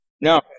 No